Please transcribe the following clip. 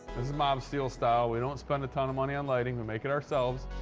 is mobsteel-style. we don't spend a ton of money on lighting. we make it ourselves.